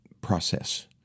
process